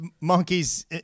monkeys